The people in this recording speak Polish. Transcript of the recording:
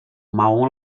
małą